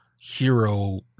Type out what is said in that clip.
hero